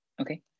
okay